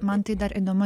man tai dar įdomu